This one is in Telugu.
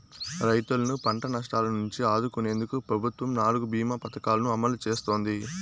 రైతులను పంట నష్టాల నుంచి ఆదుకునేందుకు ప్రభుత్వం నాలుగు భీమ పథకాలను అమలు చేస్తోంది